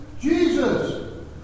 Jesus